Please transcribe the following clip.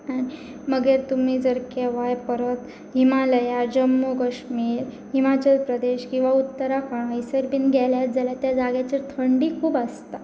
आनी मागीर तुमी जर केवाय परत हिमालया जम्मू कश्मीर हिमाचल प्रदेश किंवा उत्तराखंड येसर बीन गेलेत जाल्यार त्या जाग्याचेर थंडी खूब आसता